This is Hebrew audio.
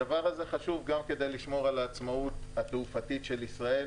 הדבר הזה חשוב גם על העצמאות התעופתית של ישראל